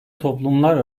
toplumlar